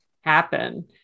happen